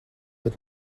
bet